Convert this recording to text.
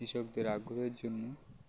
কৃষকদের আগ্রহের জন্য